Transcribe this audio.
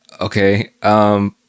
Okay